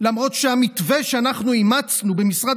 למרות שהמתווה שאנחנו אימצנו במשרד